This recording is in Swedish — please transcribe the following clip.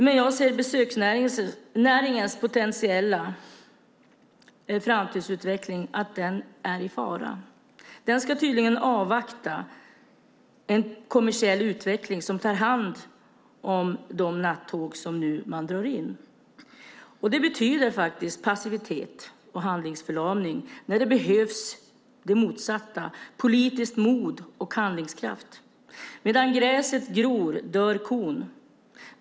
Men jag ser att besöksnäringens potentiella framtidsutveckling är i fara. Den ska tydligen avvakta en kommersiell utveckling som tar hand om de nattåg som man nu drar in. Det betyder faktiskt passivitet och handlingsförlamning när det behövs det motsatta: politiskt mod och handlingskraft. Medan gräset gror dör kon.